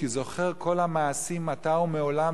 כי זוכר כל המעשים אתה הוא מעולם,